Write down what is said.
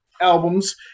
albums